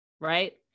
right